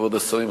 כבוד השרים,